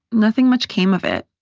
nothing much came of it.